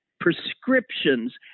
prescriptions